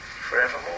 forevermore